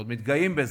ועוד מתגאים בזה,